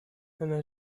أنا